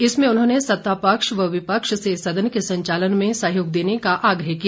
इसमें उन्होंने सत्ता पक्ष व विपक्ष से सदन के संचालन में सहयोग देने का आग्रह किया